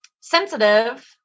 Sensitive